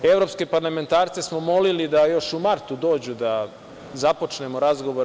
Evropske parlamentarce smo molili da još u martu dođu da započnemo razgovore.